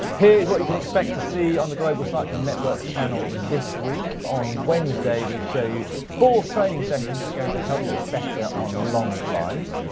here's what you can expect to see on the global cycling network channel this week. on wednesday we show you four training sessions which is going to help you get better on long climbs.